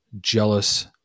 jealous